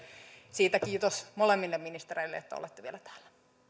siitä kiitos molemmille ministereille että olette vielä täällä